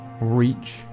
reach